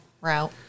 route